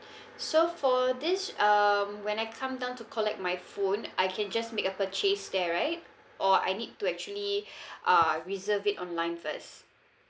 so for this um when I come down to collect my phone I can just make a purchase there right or I need to actually uh reserve it online first